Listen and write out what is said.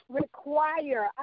require